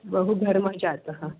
बहु घर्मः जातः